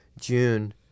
June